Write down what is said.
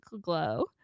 glow